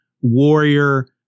warrior